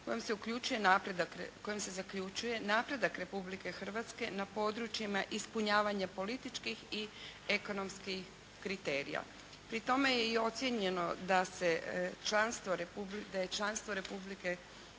kojom se zaključuje napredak Republike Hrvatske na područjima ispunjavanja političkih i ekonomskih kriterija. Pri tome je i ocijenjeno da je Republika Hrvatska